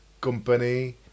company